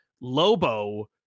Lobo